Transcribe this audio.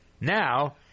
Now